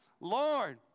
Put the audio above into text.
Lord